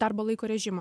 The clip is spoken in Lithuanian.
darbo laiko režimo